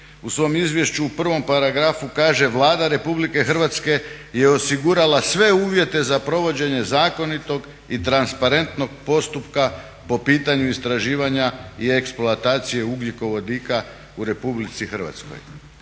u svom izvješću u prvom paragrafu kaže Vlada Republike Hrvatske je osigurala sve uvjete za provođenje zakonitog i transparentnog postupka po pitanju istraživanja i eksploatacije ugljikovodika u RH. Nešto